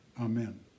amen